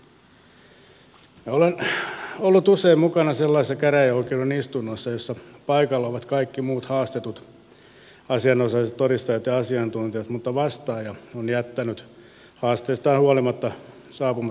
minä olen ollut usein mukana sellaisissa käräjäoikeuden istunnoissa joissa paikalla ovat kaikki muut haastetut asianosaiset todistajat ja asiantuntijat mutta vastaaja on jättänyt haasteestaan huolimatta saapumatta paikalle